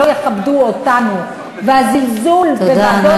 אתה יודע שזה כך.